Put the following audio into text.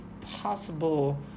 possible